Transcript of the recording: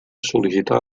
sol·licitar